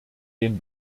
den